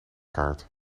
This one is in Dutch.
kaart